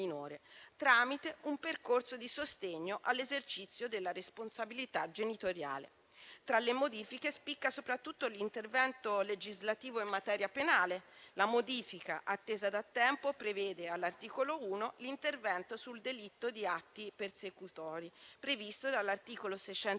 tramite un percorso di sostegno all'esercizio della responsabilità genitoriale. Tra le modifiche spicca soprattutto l'intervento legislativo in materia penale. La modifica, attesa da tempo, prevede all'articolo 1 l'intervento sul delitto di atti persecutori, previsto dall'articolo